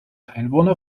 einwohner